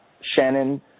Shannon